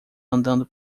andando